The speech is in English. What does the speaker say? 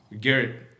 Garrett